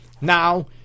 Now